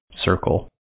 circle